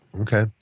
okay